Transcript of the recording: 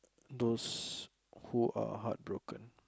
those who are heartbroken